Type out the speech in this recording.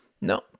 No